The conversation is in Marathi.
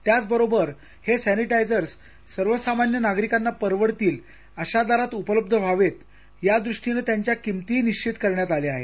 त्याचबरोबर हे सर्विटायझर सर्वसामान्य नागरिकांना परवडतील अशा दरात उपलब्ध व्हावेत यादृष्टीनं त्याच्या किंमतीही निश्चित करण्यात आल्या आहेत